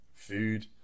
food